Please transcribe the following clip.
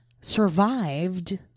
survived